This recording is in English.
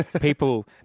People